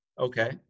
Okay